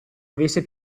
avesse